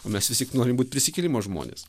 o mes vis tik norim būt prisikėlimo žmonės